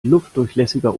luftdurchlässiger